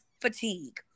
fatigue